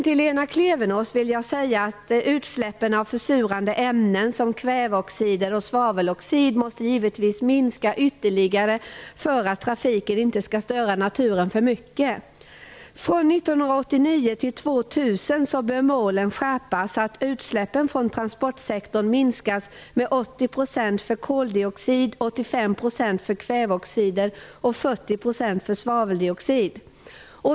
Till Lena Klevenås vill jag säga att utsläppen av försurande ämnen såsom kväveoxider och svaveldioxid måste givetvis minska ytterligare för att trafiken inte skall störa naturen alltför mycket. Från 1989 fram till 2000 bör målen skärpas så, att utsläppen från transportsektorn minskas med 80 % för koldioxid, 85 % för kväveoxider och 40 % för svaveldioxid.